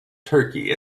turkey